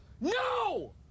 No